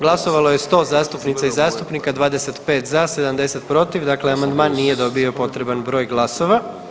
Glasovalo je 100 zastupnica i zastupnika, 25 za, 70, dakle amandman nije dobio potreban broj glasova.